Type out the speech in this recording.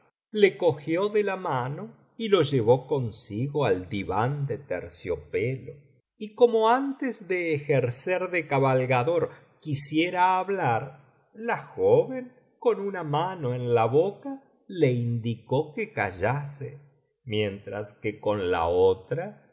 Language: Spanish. le cogió de la mano y lo llevó consigo al diván de terciopelo y como antes de ejercer ele cabalgador quisiera hablar la joven con una mano en la boca le indicó que callase mientras que con la otra le invitaba á